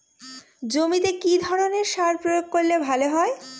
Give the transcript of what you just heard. জমিতে কি ধরনের সার প্রয়োগ করলে ভালো হয়?